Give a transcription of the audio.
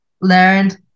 learned